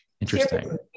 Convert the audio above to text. interesting